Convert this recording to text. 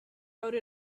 wrote